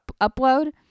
upload